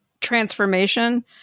transformation